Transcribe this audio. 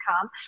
come